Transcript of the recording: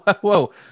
whoa